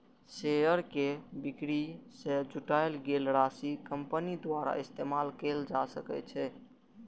share के बिक्री सं जुटायल गेल राशि कंपनी द्वारा इस्तेमाल कैल जा सकै छै